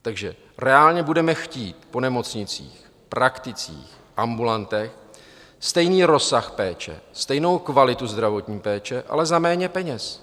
Takže reálně budeme chtít po nemocnicích, prakticích, ambulantech stejný rozsah péče, stejnou kvalitu zdravotní péče, ale za méně peněz.